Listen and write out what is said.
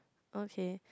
okay